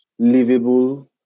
livable